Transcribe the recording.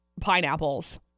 pineapples